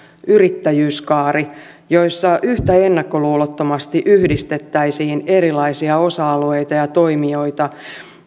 yrittäjyyskaari joissa yhtä ennakkoluulottomasti yhdistettäisiin erilaisia osa alueita ja toimijoita